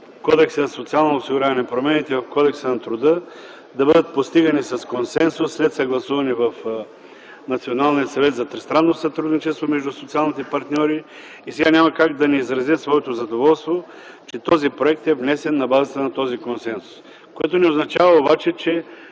Кодекса за социално осигуряване, промените в Кодекса на труда да бъдат постигани с консенсус след съгласуване с Националния съвет за тристранно сътрудничество, между социалните партньори и сега няма как да не изразя своето задоволство, че този проект е внесен на базата на този консенсус. Което не означава обаче, че